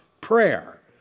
prayer